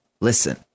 Listen